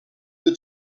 the